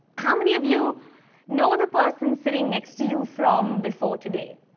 how many of you know the person sitting next to you from before today?